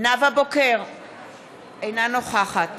אינה נוכחת